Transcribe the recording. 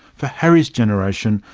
for harry's generation,